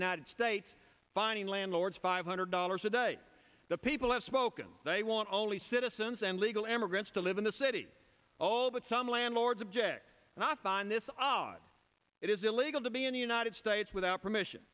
united states fining landlords five hundred dollars a day the people have spoken they want only citizens and legal immigrants to live in the city all but some landlords object and off on this off it is illegal to be in the united states without permission